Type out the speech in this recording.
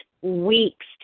weeks